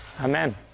amen